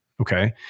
okay